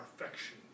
affection